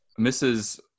Mrs